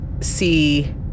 see